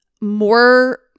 more